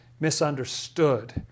misunderstood